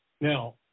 Now